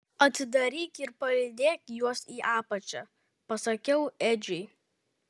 atidaryk ir palydėk juos į apačią pasakiau edžiui